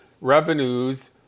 revenues